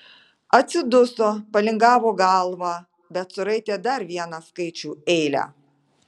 atsiduso palingavo galvą bet suraitė dar vieną skaičių eilę